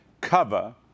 cover